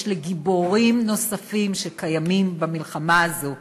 לגיבורים נוספים שקיימים במלחמה הזאת.